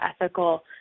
ethical